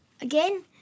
again